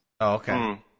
Okay